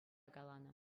каланӑ